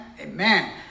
Amen